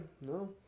no